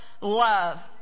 love